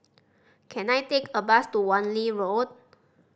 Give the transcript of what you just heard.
can I take a bus to Wan Lee Road